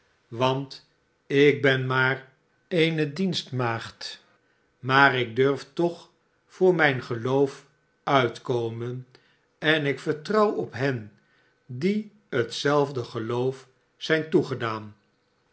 want ik ben maar eene dienstmaagd maar ik durf toch voor mijn geloof uitkomen en ik vertrouw op hen die hetzelfde geloof zijn toegedaan